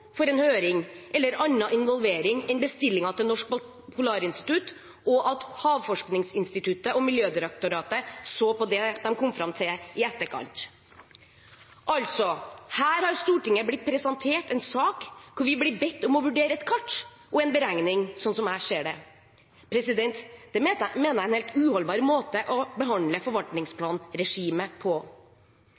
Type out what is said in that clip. for en høring eller annen involvering enn bestillingen til Norsk Polarinstitutt, og at Havforskningsinstituttet og Miljødirektoratet så på det de kom fram til, i etterkant. Altså: Her har Stortinget blitt presentert en sak hvor vi blir bedt om å vurdere et kart og en beregning, sånn jeg ser det. Det mener jeg er en helt uholdbar måte å behandle forvaltningsplanregimet på.